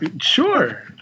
Sure